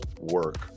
work